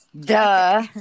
Duh